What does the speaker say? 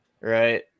right